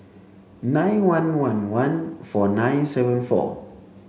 nine one one one four nine seven four